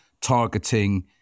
targeting